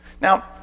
Now